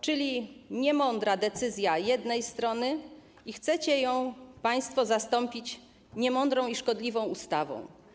Czyli jest niemądra decyzja jednej strony i chcecie ją państwo zastąpić niemądrą i szkodliwą ustawą.